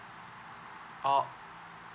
oh